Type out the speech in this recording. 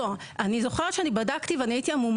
עליה.